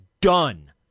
done